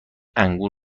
انگور